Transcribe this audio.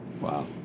Wow